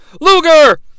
Luger